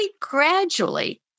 gradually